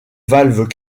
valves